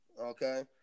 Okay